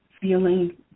feeling